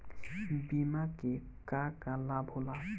बिमा के का का लाभ होला?